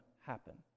happen